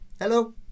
Hello